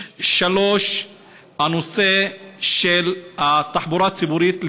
3. הנושא של התחבורה הציבורית,